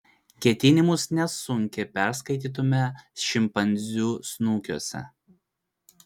ketinimus nesunkiai perskaitytumėme šimpanzių snukiuose